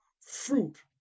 fruit